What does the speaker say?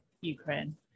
Ukraine